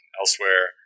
elsewhere